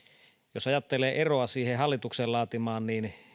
jos ajattelee eroa siihen hallituksen laatimaan niin